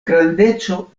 grandeco